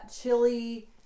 chili